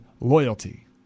loyalty